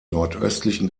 nordöstlichen